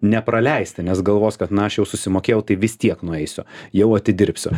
nepraleisti nes galvos kad na aš jau susimokėjau tai vis tiek nueisiu jau atidirbsiu